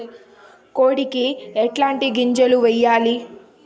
కోడికి ఎట్లాంటి గింజలు వేయాలి?